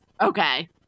Okay